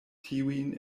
tiujn